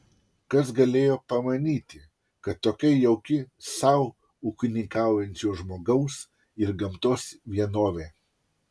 kas galėjo pamanyti kad tokia jauki sau ūkininkaujančio žmogaus ir gamtos vienovė